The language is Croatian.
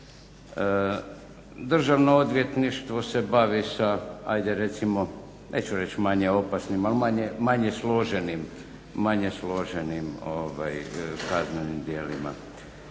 Državno odvjetništvo se bavi sa hajde recimo neću reći manje opasnima, ali manje složenim djelima.